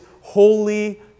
holy